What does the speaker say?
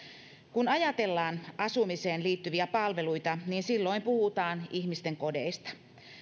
kun ajatellaan asumiseen liittyviä palveluita niin silloin puhutaan ihmisten kodeista